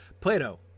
Plato